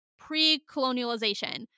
pre-colonialization